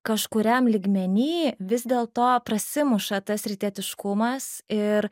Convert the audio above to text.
kažkuriam lygmeny vis dėlto prasimuša tas rytietiškumas ir